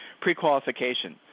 pre-qualification